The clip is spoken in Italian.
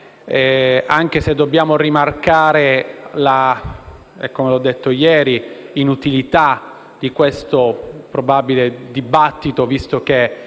anche se dobbiamo rimarcare, come ho detto ieri, l'inutilità di questo dibattito, visto che